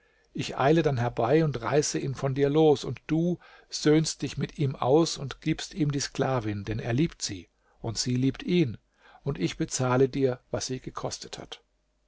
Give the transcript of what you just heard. ich eile dann herbei und reiße ihn von dir los und du söhnst dich mit ihm aus und gibst ihm die sklavin denn er liebt sie und sie liebt ihn und ich bezahle dir was sie gekostet hat